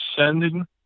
sending